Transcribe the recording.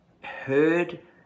heard